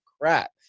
crap